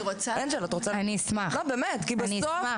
כי בסוף,